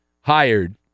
hired